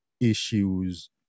issues